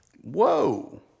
Whoa